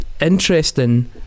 interesting